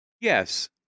yes